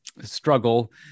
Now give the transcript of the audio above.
struggle